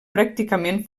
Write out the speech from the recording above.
pràcticament